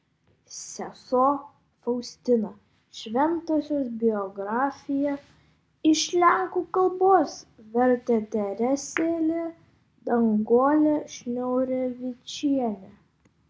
sesuo faustina šventosios biografija iš lenkų kalbos vertė teresėlė danguolė šniūrevičienė